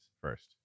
first